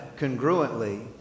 congruently